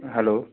hello